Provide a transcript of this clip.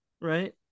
right